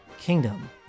Kingdom